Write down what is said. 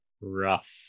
rough